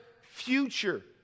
future